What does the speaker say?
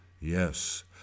yes